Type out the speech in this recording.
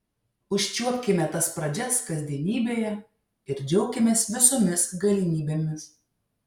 užčiuopkime tas pradžias kasdienybėje ir džiaukimės visomis galimybėmis